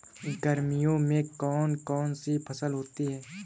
गर्मियों में कौन कौन सी फसल होती है?